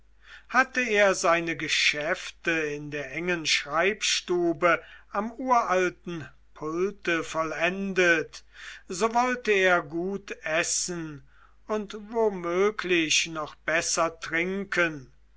hatte er seine geschäfte in der engen schreibstube am uralten pulte vollendet so wollte er gut essen und womöglich noch besser trinken